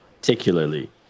particularly